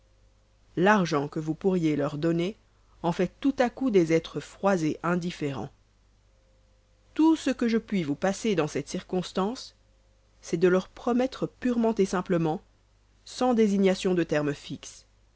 l'argent que vous pourriez leur donner en fait tout à coup des êtres froids ou indifférens tout ce que je puis vous passer dans cette circonstance c'est de leur promettre purement et simplement sans désignation de terme fixe